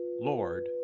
Lord